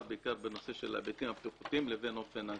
בעיקר בנושא של ההיבטים הבטיחותיים לאופן ההעסקה.